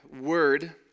word